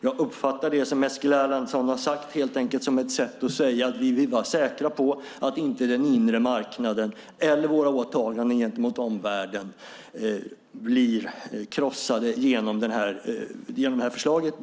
Jag uppfattar det som Eskil Erlandsson har sagt helt enkelt som ett sätt att säga att vi vill vara säkra på att inte den inre marknaden eller våra åtaganden gentemot omvärlden blir krossade genom det här förslaget.